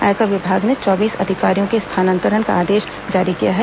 आयकर विभाग ने चौबीस अधिकारियों के स्थानांतरण का आदेश जारी किया है